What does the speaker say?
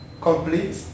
complete